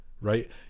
Right